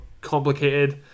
complicated